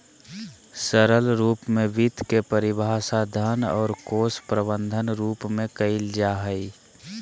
सरल रूप में वित्त के परिभाषा धन और कोश प्रबन्धन रूप में कइल जा हइ